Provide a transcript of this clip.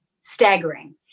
staggering